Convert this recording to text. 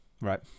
Right